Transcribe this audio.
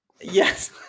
Yes